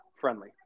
friendly